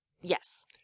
Yes